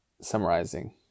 summarizing